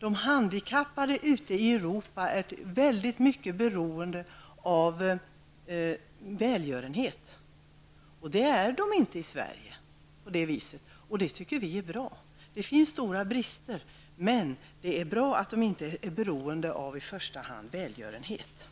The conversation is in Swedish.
De handikappade ute i Europa är mycket beroende av välgörenhet. Det är inte de handikappade i Sverige, och det tycker vi är bra. Det finns stora brister, men det är bra att de inte i första hand är beroende av välgörenhet.